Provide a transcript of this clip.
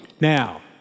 Now